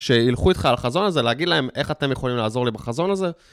שילכו איתך על החזון הזה, להגיד להם איך אתם יכולים לעזור לי בחזון הזה.